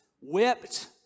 whipped